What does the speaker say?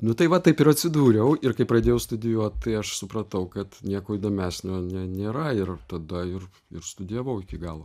nu tai va taip ir atsidūriau ir kai pradėjau studijuot tai aš supratau kad nieko įdomesnio ne nėra ir tada ir ir studijavau iki galo